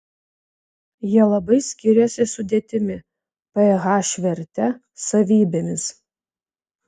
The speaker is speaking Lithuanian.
jie labai skiriasi sudėtimi ph verte savybėmis